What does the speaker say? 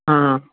हॅं